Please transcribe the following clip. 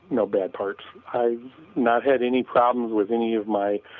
no bad parts. i've not had any problems with any of my,